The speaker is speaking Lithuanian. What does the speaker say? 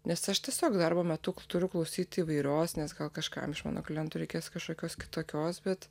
nes aš tiesiog darbo metu turiu klausyti įvairios nes gal kažkam iš mano klientų reikės kažkokios kitokios bet